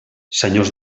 senyors